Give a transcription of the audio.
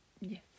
Yes